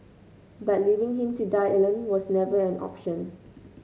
but leaving him to die alone was never an option